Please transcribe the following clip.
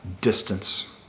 distance